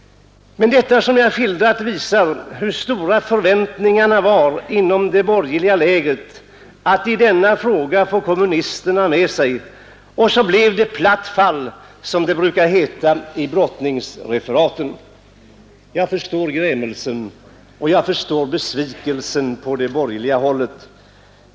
Men detta som jag skildrat visar hur stora förväntningarna var inom det borgerliga lägret att i denna fråga få kommunisterna med sig. Och så blev det ”platt fall”, som det brukar heta i brottningreferaten. Jag förstår grämelsen och besvikelsen på den borgerliga sidan.